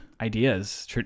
ideas